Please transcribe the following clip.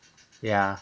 ya